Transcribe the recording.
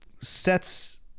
sets